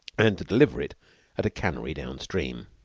and to deliver it at a cannery downstream.